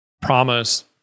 promise